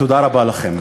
תודה רבה לכם.